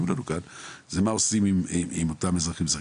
לנו כאן זו השאלה מה עושים עם אותם אזרחים זרים.